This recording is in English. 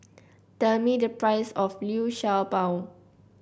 tell me the price of Liu Sha Bao